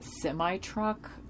semi-truck